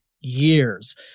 years